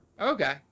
Okay